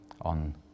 on